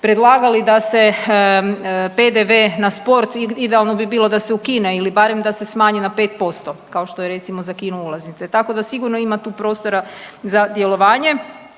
predlagali da se PDV na sport idealno bi bilo da se ukine ili barem da se smanji na 5% kao što je recimo za kino ulaznice, tako da sigurno ima tu prostora za djelovanje.